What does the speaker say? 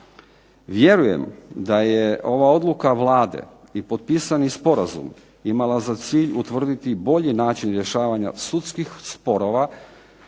Vjerujem da je ova odluka Vlade i potpisani sporazum imala za cilj utvrditi bolji način rješavanja sudskih sporova